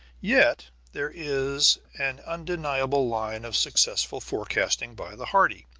yet there is an undeniable line of successful forecasting by the hardy,